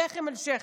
שכם אל שכם.